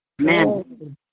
Amen